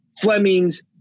Fleming's